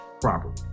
properly